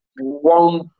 one